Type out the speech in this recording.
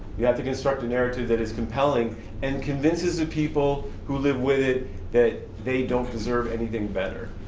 you have to construct a narrative that is compelling and convinces the people who live with it that they don't deserve anything better.